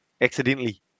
accidentally